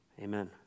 Amen